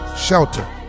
shelter